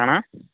କା'ଣା